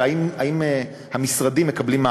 והאם המשרדים מקבלים,